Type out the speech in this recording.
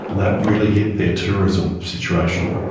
and that really hit their tourism situation.